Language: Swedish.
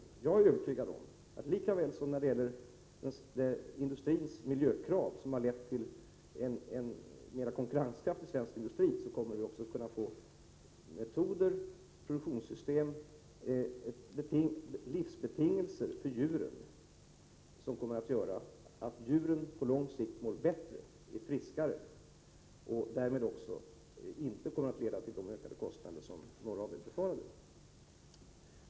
Jag är övertygad om att lika väl som när det gäller industrins miljökrav, som har lett till en mera konkurrenskraftig svensk industri, kommer vi också att kunna få produktionsmetoder, produktionssystem och livsbetingelser för djuren som kommer att göra att djuren på lång sikt mår bättre och blir friskare, och därmed inte kommer att dra de ökade kostnader som några av er befarat.